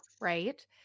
right